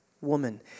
woman